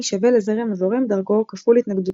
שווה לזרם הזורם דרכו כפול התנגדותו.